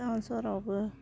town सहरावबो